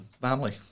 family